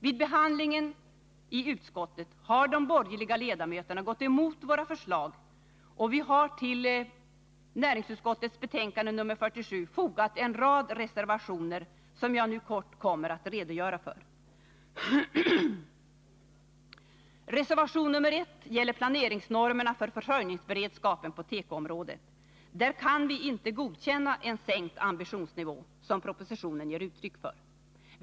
Vid behandlingen i utskottet har de borgerliga ledamöterna gått emot våra förslag, och vi har till näringsutskottets betänkande nr 47 fogat en rad reservationer, som jag nu kort kommer att redogöra för. på tekoområdet. Där kan vi inte godkänna en sänkt ambitionsnivå, som propositionen ger uttryck för.